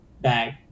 bag